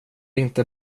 inte